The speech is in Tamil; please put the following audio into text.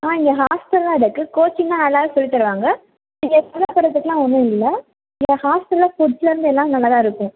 ஆ இங்கே ஹாஸ்டல்லாம் இருக்கு கோச்சிங்லாம் நல்லா தான் சொல்லித் தருவங்க இங்கே சிரமப்படுகிறதுக்கெல்லாம் ஒன்றும் இல்லை இங்கே ஹாஸ்டலில் ஃபுட்ஸ்லந்து எல்லாம் நல்லா தான் இருக்கும்